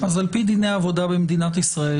אז על פי דיני העבודה במדינת ישראל,